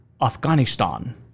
Afghanistan